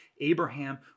Abraham